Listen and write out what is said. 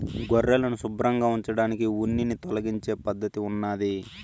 గొర్రెలను శుభ్రంగా ఉంచడానికి ఉన్నిని తొలగించే పద్ధతి ఉన్నాది